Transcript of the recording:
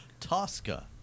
Tosca